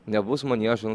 nebus maniežo